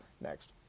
next